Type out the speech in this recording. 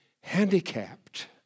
handicapped